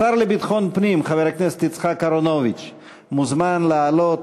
השר לביטחון פנים חבר הכנסת יצחק אהרונוביץ מוזמן לעלות